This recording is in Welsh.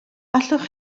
allech